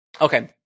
Okay